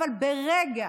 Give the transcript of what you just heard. אבל ברגע